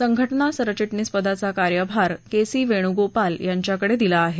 संघटन सरचिटणीस पदाचा कार्यभार के सी वेणूगोपाल यांच्याकडे दिला आहे